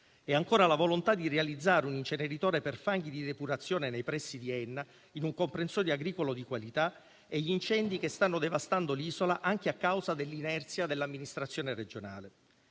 ancora, la volontà di realizzare un inceneritore per fanghi di depurazione nei pressi di Enna, in un comprensorio agricolo di qualità, e gli incendi che stanno devastando l'isola, anche a causa dell'inerzia dell'Amministrazione regionale.